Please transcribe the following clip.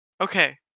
Okay